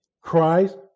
Christ